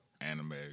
anime